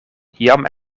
jam